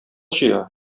җыя